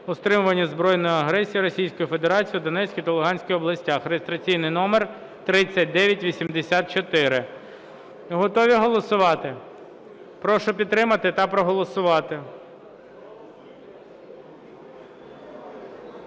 стримування збройної агресії Російської Федерації у Донецькій та Луганській областях (реєстраційний номер 3984). Готові голосувати? Прошу підтримати та проголосувати.